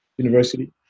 University